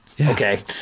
okay